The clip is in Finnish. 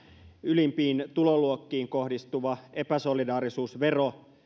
ylimpiin tuloluokkiin kohdistuva epäsolidaarisuusvero